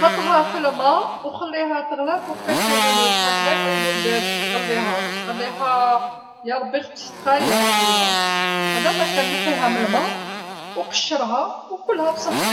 حطها فالما وخليها تغلى لبضع دقائق، هكدا يطيبو البيض، غليها، غليها يا ربي خمس دقايق ولا، هذا ماكان، نحيها من الما وقشرها وكولها بصحتك.